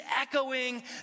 echoing